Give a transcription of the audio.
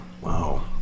Wow